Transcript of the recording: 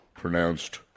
Pronounced